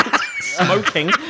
smoking